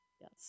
Yes